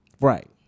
Right